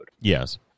Yes